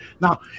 Now